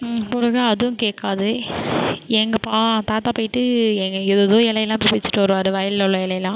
போடுவேன் அதுவும் கேட்காது எங்கள் தாத்தா போய்ட்டு எங்கோ ஏதேதோ இலையெல்லாம் போய் பிச்சுட்டு வருவார் அது வயலில் உள்ள எலையெல்லாம்